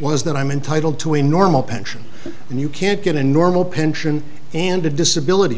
was that i'm entitled to a normal pension and you can't get a normal pension and a disability